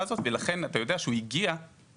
הזאת ולכן אתה יודע שהוא הגיע מברלין